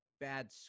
bad